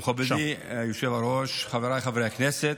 מכובדי היושב-ראש, חבריי חברי הכנסת,